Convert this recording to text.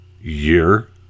year